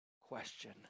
question